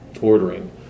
ordering